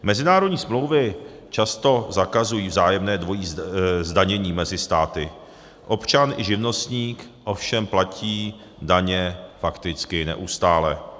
Mezinárodní smlouvy často zakazují vzájemné dvojí zdanění mezi státy, občan i živnostník ovšem platí daně fakticky neustále.